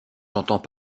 j’entends